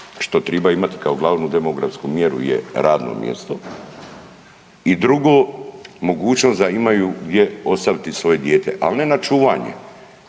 što trebaju imati kao glavnu demografsku mjeru je radno mjesto. I drugo, mogućnost da imaju gdje ostaviti svoje dijete ali ne na čuvanje,